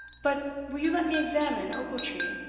but will you let me examine ochiltree?